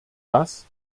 das